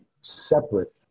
separate